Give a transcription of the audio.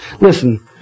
Listen